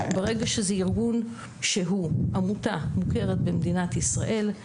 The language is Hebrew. ברגע שזה ארגון שהוא עמותה מוכרת במדינת ישראל,